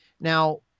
Now